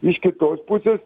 iš kitos pusės